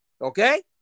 Okay